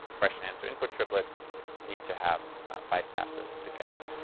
question, answer, input triplets need to have five passes to get